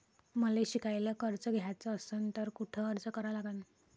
मले शिकायले कर्ज घ्याच असन तर कुठ अर्ज करा लागन?